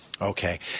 Okay